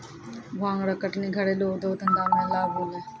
भांग रो कटनी घरेलू उद्यौग धंधा मे लाभ होलै